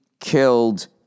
Killed